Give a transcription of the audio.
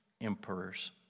emperors